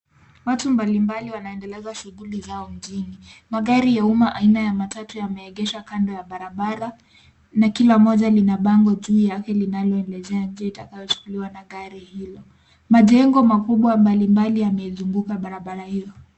Watu mbali mbali wanaendeleza shughuli zao mjini. Magari ya uma aina ya matatu yameegeshwa kando ya barabara na kila moja lina bango juu yake linaloelezea njia itakayochukuliwa na gari hilo. Majengo makubwa mbali mbali yamezunguka barabara hiyo.